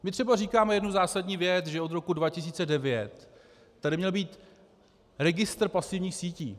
My třeba říkáme jednu zásadní věc, že od roku 2009 tady měl být registr pasivních sítí.